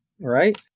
Right